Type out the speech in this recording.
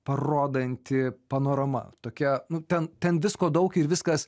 parodanti panorama tokia nu ten ten visko daug ir viskas